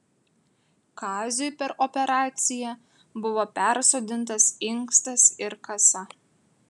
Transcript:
kaziui per operaciją buvo persodintas inkstas ir kasa